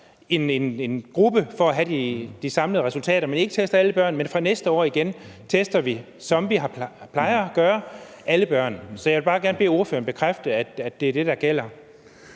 en gruppe for at have de samlede resultater, men ikke tester alle børnene. Men fra næste år igen tester vi, som vi plejer at gøre, alle børn. Så jeg vil bare gerne bede ordføreren bekræfte, at det er det, der gælder.